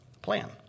plan